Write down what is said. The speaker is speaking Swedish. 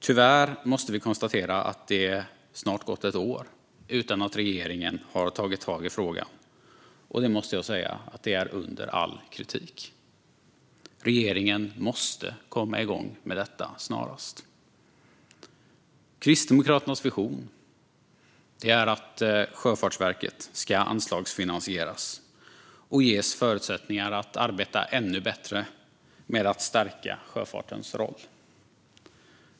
Tyvärr måste vi konstatera att det snart har gått ett år utan att regeringen har tagit tag i frågan, och jag måste säga att detta är under all kritik. Regeringen måste komma igång med detta snarast. Kristdemokraternas vision är att Sjöfartsverket ska anslagsfinansieras och ges förutsättningar att arbeta ännu bättre med att stärka sjöfartens roll.